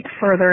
further